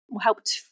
helped